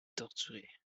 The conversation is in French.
torturés